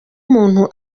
umuntu